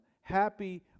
Happy